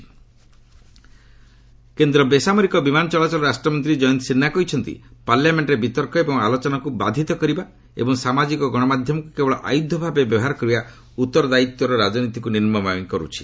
କ୍ଷୟନ୍ତ ସିହ୍ୱା କେନ୍ଦ୍ର ବେସାମରିକ ବିମାନ ଚଳାଚଳ ରାଷ୍ଟ୍ରମନ୍ତ୍ରୀ ଜୟନ୍ତ ସିହ୍ନା କହିଛନ୍ତି ପାର୍ଲାମେଣ୍ଟରେ ବିତର୍କ ଏବଂ ଆଲୋଚନାକୁ ବାଧିତ କରିବା ଏବଂ ସାମାଜିକ ଗଣମାଧ୍ୟମକ୍ତ କେବଳ ଆୟୁଧ ଭାବେ ବ୍ୟବହାରେ କରିବା ଉତ୍ତରଦାୟିତ୍ୱର ରାଜନୀତିକୁ ନିମ୍ବଗାମୀ କରୁଛି